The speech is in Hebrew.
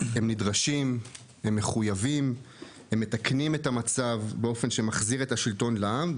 נדרשים ומתקנים את המצב באופן שמחזיר את השלטון לעם,